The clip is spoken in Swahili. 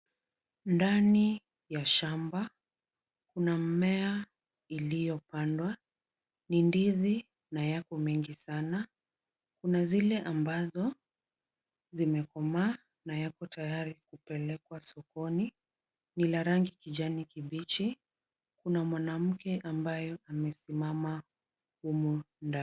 Ndani ya shamba, kuna mmea iliyopandwa. Ni ndizi na yako mengi sana. Kuna zile ambazo zimekomaa na yapo tayari kupelekwa sokoni. Ni la rangi kijani kibichi. Kuna mwanamke ambayo amesimama humu ndani.